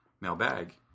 mailbag